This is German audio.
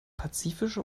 pazifische